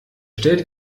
stellt